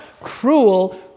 cruel